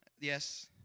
Yes